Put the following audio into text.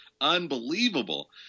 unbelievable